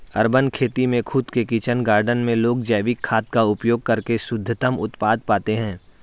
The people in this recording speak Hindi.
अर्बन खेती में खुद के किचन गार्डन में लोग जैविक खाद का उपयोग करके शुद्धतम उत्पाद पाते हैं